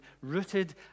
rooted